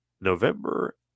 November